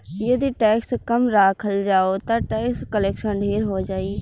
यदि टैक्स कम राखल जाओ ता टैक्स कलेक्शन ढेर होई